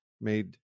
made